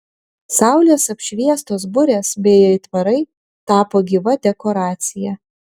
saulės apšviestos burės bei aitvarai tapo gyva dekoracija